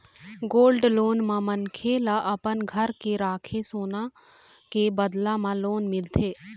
gold loan म मनखे ल अपन घर के राखे सोना के बदला म लोन मिलथे